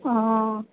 অ